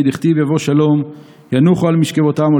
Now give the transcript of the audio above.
כדכתִיב: יבוא שלום, ינוחו על משכבותם.